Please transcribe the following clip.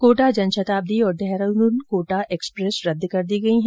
कोटा जनशताब्दी और देहरादून कोटा एक्सप्रेस को रद्द कर दिया गया है